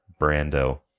Brando